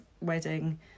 wedding